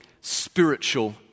spiritual